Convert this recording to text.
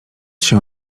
się